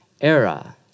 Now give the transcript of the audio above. era